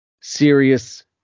serious